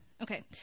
Okay